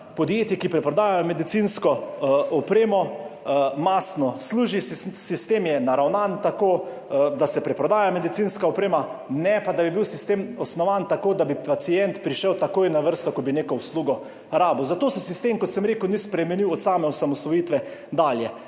podjetij, ki preprodajajo medicinsko opremo, mastno služi. Sistem je naravnan tako, da se preprodaja medicinska oprema, ne pa, da bi bil sistem osnovan tako, da bi pacient prišel takoj na vrsto, ko bi neko uslugo rabil. Zato se sistem, kot sem rekel, ni spremenil od same osamosvojitve dalje